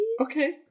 Okay